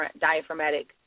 diaphragmatic